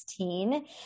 2016